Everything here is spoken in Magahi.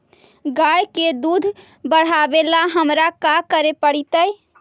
गाय के दुध बढ़ावेला हमरा का करे पड़तई?